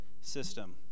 system